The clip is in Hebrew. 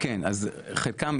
אז חלקן,